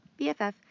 BFF